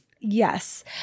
Yes